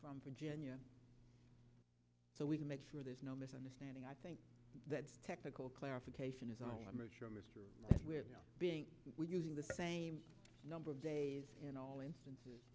from virginia so we can make sure there's no misunderstanding i think that technical clarification is all i'm being when using the same number of days in all instances